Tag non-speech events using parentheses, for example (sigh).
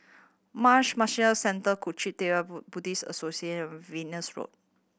Marsh (unintelligible) Centre Kuang Chee Tng (unintelligible) Buddhist Associate Venus Road